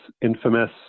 infamous